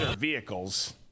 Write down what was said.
vehicles